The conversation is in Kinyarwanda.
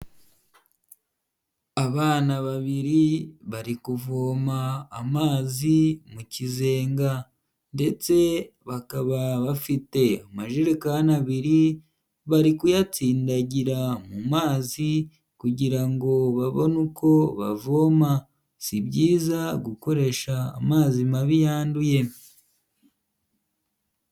Abana babiri bari kuvoma amazi mu kizenga ndetse bakaba bafite amajerekani abiri, bari kuyatsindagira mu mazi kugira ngo babone uko bavoma. Si byiza gukoresha amazi mabi yanduye.